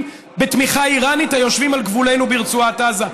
בתמיכה איראנית היושבים על גבולנו ברצועת עזה?